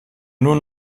nur